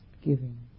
giving